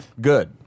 Good